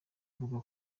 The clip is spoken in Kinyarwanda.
ivuga